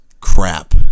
Crap